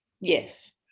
Yes